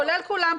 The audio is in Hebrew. כולל כולם,